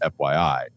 FYI